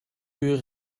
uur